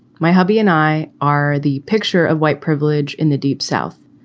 my hubby and i are the picture of white privilege in the deep south,